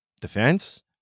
defense